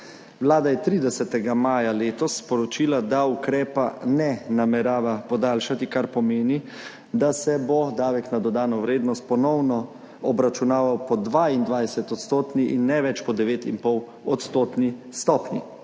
Vlada je 30. maja letos sporočila, da ukrepa ne namerava podaljšati, kar pomeni, da se bo davek na dodano vrednost ponovno obračunaval po 22 odstotni in ne več po 9,5 odstotni stopnji,